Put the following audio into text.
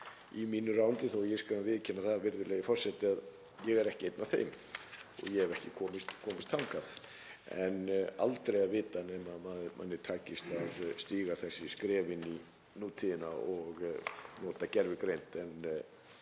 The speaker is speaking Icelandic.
í mínu ráðuneyti en ég skal viðurkenna það, virðulegi forseti, að ég er ekki einn af þeim. Ég hef ekki komist þangað en aldrei að vita nema að manni takist að stíga þessi skref inn í nútíðina og nota gervigreind.